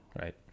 right